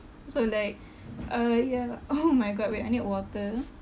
so like uh ya oh my god wait I need water